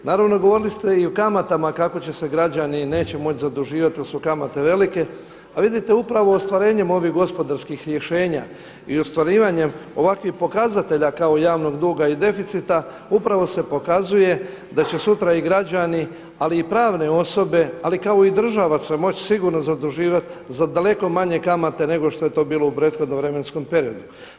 Naravno govorili ste i o kamatama kako će se građani neće moći zaduživati jer su kamate velike, a vidite upravo ostvarenjem ovih gospodarskih rješenja i ostvarivanjem ovakvih pokazatelja kao javnog duga i deficita upravo se pokazuje da će sutra i građani ali i pravne osobe, ali kao i država se moći sigurno zaduživat za daleko manje kamate nego što je to bilo u prethodnom vremenskom periodu.